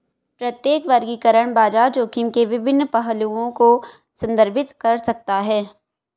प्रत्येक वर्गीकरण बाजार जोखिम के विभिन्न पहलुओं को संदर्भित कर सकता है